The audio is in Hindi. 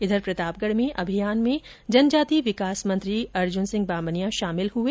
वहीं प्रतापगढ में अभियान में जनजाति विकास मंत्री अर्जुन सिंह बामनिया शामिल हुए